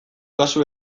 kasu